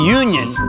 union